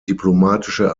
diplomatische